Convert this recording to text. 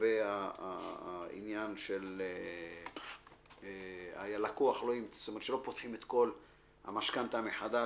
לגבי העניין שלא פותחים את כל המשכנתה מחדש